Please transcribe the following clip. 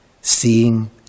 Seeing